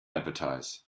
advertise